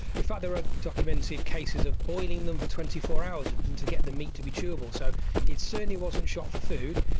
ah there are documented cases of boiling them for twenty four hours to get the meat to be chewable. so it certainly wasn't shot for food.